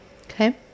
okay